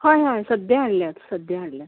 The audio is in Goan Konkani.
हय हय सद्द्या हाडल्यात सद्द्या हाडल्यात हय